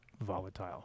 volatile